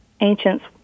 Ancients